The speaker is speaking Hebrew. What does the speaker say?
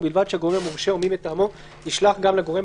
ובלבד שהגורם המורשה או מי מטעמו ישלח גם לגורם